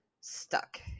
stuck